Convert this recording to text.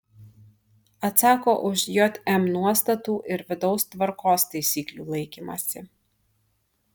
atsako už jm nuostatų ir vidaus tvarkos taisyklių laikymąsi